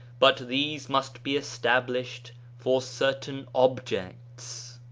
but these must be established for certain objects.